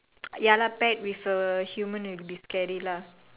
ya lah pet with a human would be scary lah